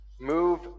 move